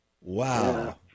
Wow